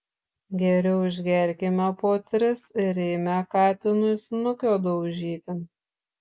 geriau išgerkime po tris ir eime katinui snukio daužyti